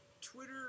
Twitter